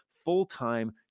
full-time